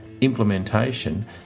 implementation